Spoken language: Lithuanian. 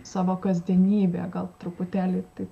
savo kasdienybėje gal truputėlį taip